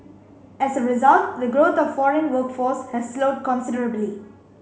as a result the growth of foreign workforce has slowed considerably